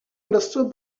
understood